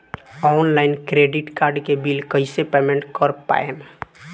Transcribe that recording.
Online credit card के bill कइसे payment कर पाएम?